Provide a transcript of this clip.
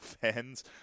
fans